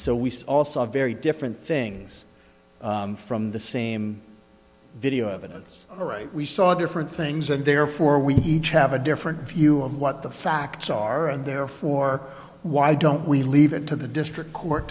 so we also have very different things from the same video evidence or right we saw there for things and therefore we each have a different view of what the facts are and therefore why don't we leave it to the district court